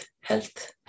health